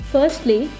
Firstly